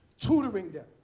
tutoring them,